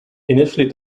initially